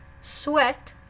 sweat